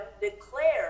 declare